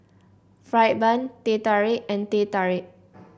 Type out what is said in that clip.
fried bun Teh Tarik and Teh Tarik